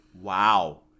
wow